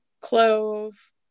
clove